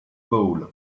bowl